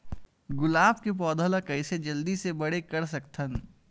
गुलाब के पौधा ल कइसे जल्दी से बड़े कर सकथन?